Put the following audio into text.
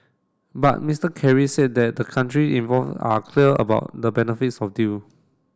but Mister Kerry said that the country involve are clear about the benefits of deal